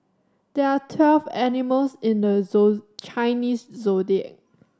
there are twelve animals in the zoo Chinese Zodiac